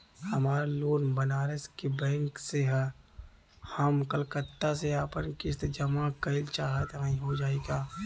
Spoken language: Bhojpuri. हमार लोन बनारस के बैंक से ह हम कलकत्ता से आपन किस्त जमा कइल चाहत हई हो जाई का?